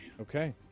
Okay